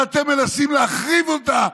ואתם מנסים להחריב אותה,